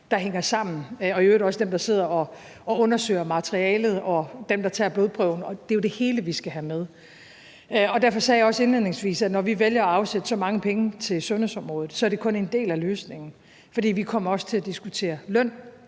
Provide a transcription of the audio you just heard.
det gælder i øvrigt også dem, der sidder og undersøger materialet, og dem, der tager blodprøven. Det er jo det hele, vi skal have med. Derfor sagde jeg også indledningsvis, at når vi vælger at afsætte så mange penge til sundhedsområdet, så er det kun en del af løsningen, for vi kommer også til at diskutere løn